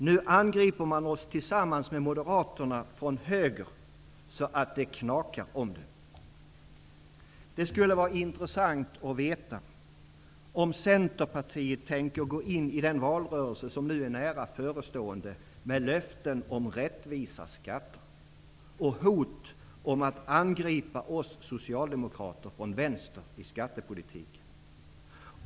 Nu angriper man oss tillsammans med moderaterna från höger så att det knakar om det. Det skulle vara intressant att veta om Centerpartiet tänker gå in i den valrörelse som nu är nära förestående med löften om rättvisa skatter och hot om att angripa oss socialdemokrater från vänster i skattepolitiken.